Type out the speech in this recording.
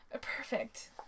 Perfect